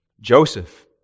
Joseph